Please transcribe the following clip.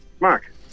Mark